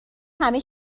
همه